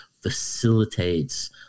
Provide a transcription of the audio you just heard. facilitates